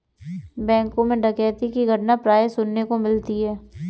बैंकों मैं डकैती की घटना प्राय सुनने को मिलती है